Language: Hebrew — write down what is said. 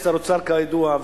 הייתי שר האוצר כידוע,